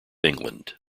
england